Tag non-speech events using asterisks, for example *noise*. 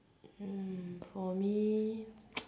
hmm for me *noise*